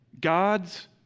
God's